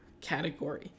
category